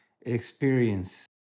experience